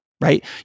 right